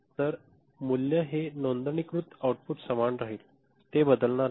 तर मूल्य हे नोंदणीकृत आउटपुट समान राहील ते बदलणार नाही